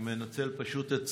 אני פשוט מנצל את זכותי.